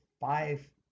five